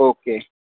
okay